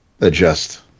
adjust